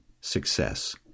success